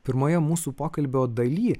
pirmoje mūsų pokalbio daly